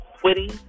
quitting